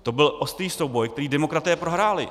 To byl ostrý souboj, který demokraté prohráli.